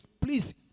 Please